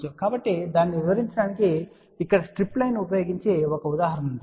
కాబట్టి దానిని వివరించడానికి ఇక్కడ స్ట్రిప్ లైన్ ఉపయోగించి ఒక ఉదాహరణ ఉంది